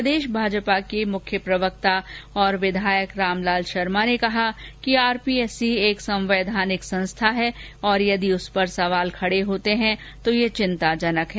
प्रदेश भाजपा के मुख्य प्रवक्ता और विधायक रामलाल शर्मा ने कहा कि आरपीएससी एक संवैधानिक संस्था है और यदि उस पर सवाल खड़े होते हैं तो यह चिंताजनक है